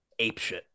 apeshit